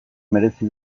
merezi